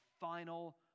final